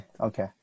okay